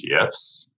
ETFs